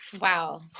Wow